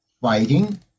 fighting